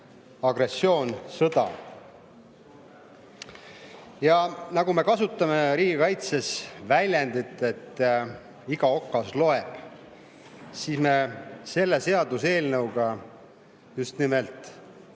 agressioon, sõda. Ja nagu me kasutame riigikaitses väljendit, et iga okas loeb, siis me selle seaduseelnõuga just nimelt